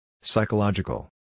Psychological